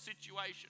situation